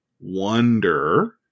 wonder